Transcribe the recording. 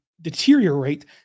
deteriorate